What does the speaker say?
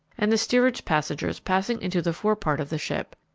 and the steerage passengers passing into the forepart of the ship.